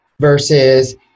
versus